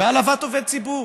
בהעלבת עובד ציבור.